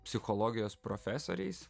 psichologijos profesoriais